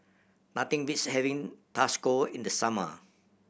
nothing beats having in the summer